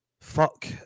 fuck